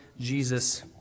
Jesus